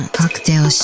cocktail